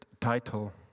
title